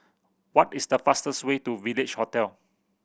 what is the fastest way to Village Hotel